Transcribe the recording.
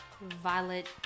Violet